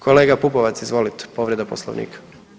Kolega Pupovac izvolite povreda poslovnika.